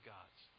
God's